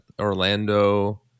Orlando